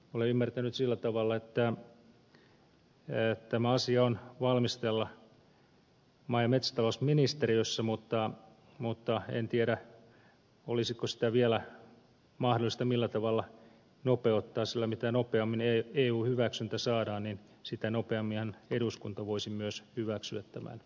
olen ymmärtänyt sillä tavalla että tämä asia on valmisteilla maa ja metsätalousministeriössä mutta en tiedä olisiko sitä vielä mahdollista millä tavalla nopeuttaa sillä mitä nopeammin eun hyväksyntä saadaan sitä nopeamminhan eduskunta voisi myös hyväksyä tämän lain